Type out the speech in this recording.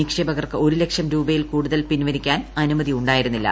നിക്ഷേപർക്ക് ഒരു ലക്ഷം രൂപയിൽ കൂടുതൽ പിൻവലിക്കാൻ അനുമതി ഉണ്ടായിരുന്നില്ല